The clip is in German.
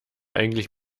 eigentlich